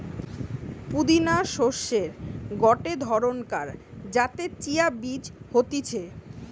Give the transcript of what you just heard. পুদিনা শস্যের গটে ধরণকার যাতে চিয়া বীজ হতিছে